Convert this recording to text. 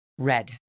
Red